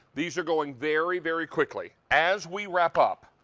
these are going very very quickly. as we wrap up,